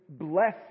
bless